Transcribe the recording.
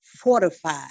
fortified